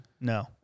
No